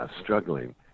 struggling